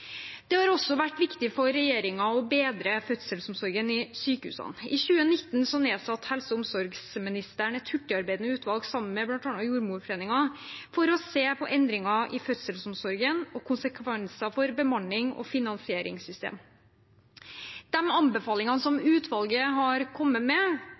Det har også vært viktig for regjeringen å bedre fødselsomsorgen i sykehusene. I 2019 nedsatte helse- og omsorgsministeren et hurtigarbeidende utvalg, sammen med bl.a. Jordmorforeningen, for å se på endringer i fødselsomsorgen og konsekvenser for bemannings- og finansieringssystemer. De anbefalingene som utvalget har kommet med, er helseforetakene godt i gang med